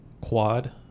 Quad